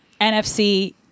NFC